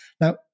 Now